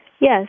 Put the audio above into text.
Yes